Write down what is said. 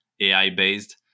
AI-based